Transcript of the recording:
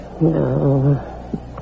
No